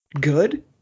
good